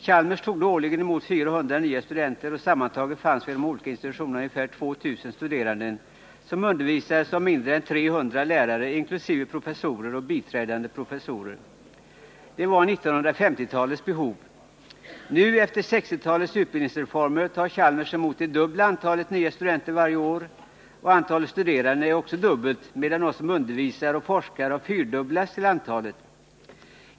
Chalmers tog då årligen | emot 400 nya studenter, och sammantaget fanns vid de olika institutionerna ungefär 2 000 studerande som undervisades av mindre än 300 lärare inkl. professorer och biträdande professorer. Det var 1950-talets behov. Nu, efter 1960-talets utbildningsreformer, tar Chalmers emot det dubbla antalet nya studenter varje år, och antalet studerande är också dubbelt så stort, medan de som undervisar och forskar har fyrdubblats till antalet.